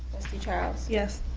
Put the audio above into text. charles? yes.